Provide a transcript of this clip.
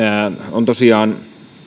on tosiaan